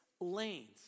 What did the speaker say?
lanes